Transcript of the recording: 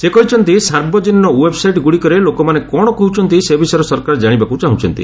ସେ କହିଛନ୍ତି ସାର୍ବଜନୀନ ୱେବ୍ସାଇଟ୍ ଗୁଡ଼ିକରେ ଲୋକମାନେ କ'ଣ କହୁଛନ୍ତି ସେ ବିଷୟରେ ସରକାର ଜାଶିବାକୁ ଚାହୁଁଛନ୍ତି